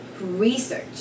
research